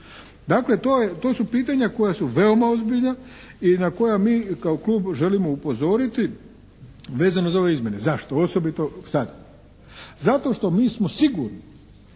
to je, to su pitanja koja su veoma ozbiljna i na koja mi kao klub želimo upozoriti vezano za ove izmjene. Zašto osobito sad? Zato što mi smo sigurni